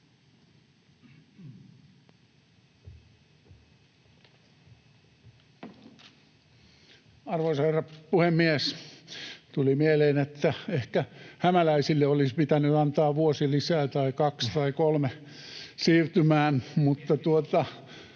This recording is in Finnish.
Arvoisa herra puhemies! Tuli mieleen, että ehkä hämäläisille olisi pitänyt antaa vuosi tai kaksi tai kolme lisää siirtymään. [Timo